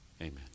amen